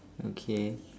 okay